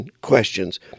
questions